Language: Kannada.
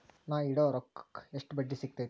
ನಾ ಇಡೋ ರೊಕ್ಕಕ್ ಎಷ್ಟ ಬಡ್ಡಿ ಸಿಕ್ತೈತ್ರಿ?